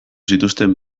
zituzten